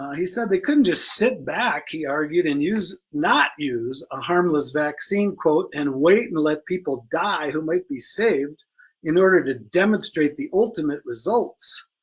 he said they couldn't just sit back, he argued, and use, not use a harmless vaccine, and wait and let people die who might be saved in order to demonstrate the ultimate results.